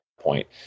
point